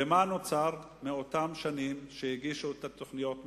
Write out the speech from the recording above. ומה נוצר מאותן שנים שהגישו את תוכניות המיתאר?